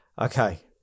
Okay